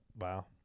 Wow